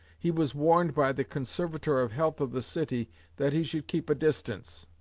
he was warned by the conservator of health of the city that he should keep a distance.